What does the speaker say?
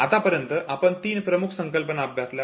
आतापर्यंत आपण तीन प्रमुख संकल्पना अभ्यासल्या